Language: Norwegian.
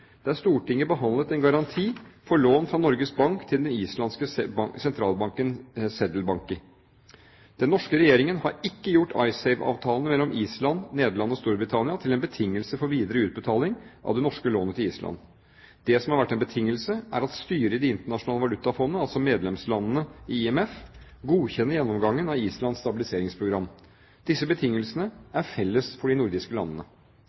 lån fra Norges Bank til den islandske sentralbanken Sedlabanki. Den norske regjeringen har ikke gjort Icesave-avtalene mellom Island, Nederland og Storbritannia til en betingelse for videre utbetaling av det norske lånet til Island. Det som har vært en betingelse, er at styret i Det internasjonale valutafond, altså medlemslandene i IMF, godkjenner gjennomgangen av Islands stabiliseringsprogram. Disse betingelsene er felles for de nordiske landene.